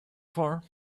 far